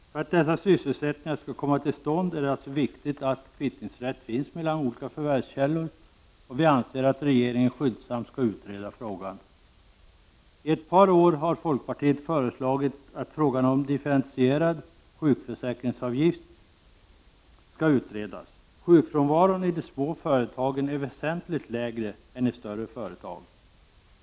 För att dessa sysselsättningar skall komma till stånd är det viktigt att kvittningsrätt finns mellan olika förvärvskällor. Vi anser att regeringen skyndsamt skall utreda frågan. I ett par år har man från folkpartiets sida föreslagit att frågan om differentierad sjukförsäkringsavgift skall utredas. Sjukfrånvaron i de små företagen är väsentligt lägre än i större företag.